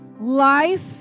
life